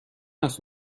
است